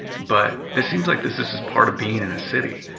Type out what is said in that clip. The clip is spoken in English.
but this seems like this is just part of being in a city.